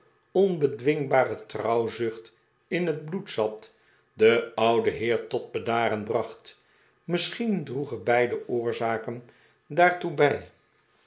onbedwingbare trouwzucht in het bloed zat den ouden heer tot bedaren bracht misschien droegen beide oorzaken daartoe bij